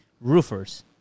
roofers